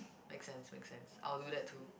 make sense make sense I'll do that to